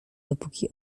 dopóki